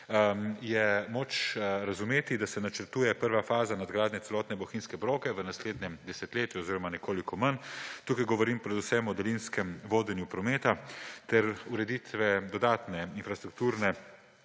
je moč razumeti, da se načrtuje prva faza nadgradnje celotne bohinjske proge v naslednjem desetletju oziroma nekoliko manj. Tukaj govorim predvsem o daljinskem vodenju prometa ter ureditvi dodatne potniške infrastrukture.